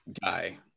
guy